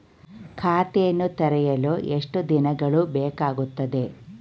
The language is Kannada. ಖಾತೆಯನ್ನು ತೆರೆಯಲು ಎಷ್ಟು ದಿನಗಳು ಬೇಕಾಗುತ್ತದೆ?